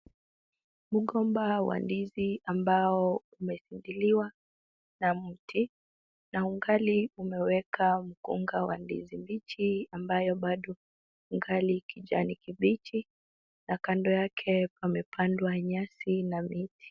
Mgomba wa ndizi ambao umesindiliwa na mti na ungali umeweka mkunga wa ndizi mbichi ambayo bado ingali kijani kibichi na kando yake pamepandwa nyasi na miti.